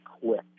quick